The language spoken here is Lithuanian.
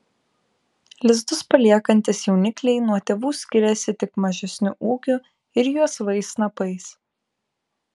lizdus paliekantys jaunikliai nuo tėvų skiriasi tik mažesniu ūgiu ir juosvais snapais